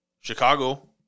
Chicago